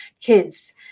kids